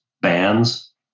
bands